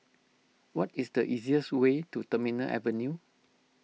what is the easiest way to Terminal Avenue